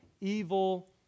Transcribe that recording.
evil